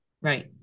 Right